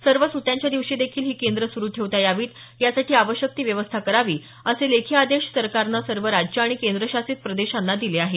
सर्व सुक्ट्यांच्या दिवशीदेखील ही केंद्रं सुरु ठेवता यावीत यासाठी आवश्यक ती व्यवस्था करावी असे लेखी आदेश सरकारनं सर्व राज्यं आणि केंद्रशासित प्रदेशांना दिले आहेत